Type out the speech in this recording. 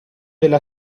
della